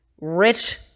rich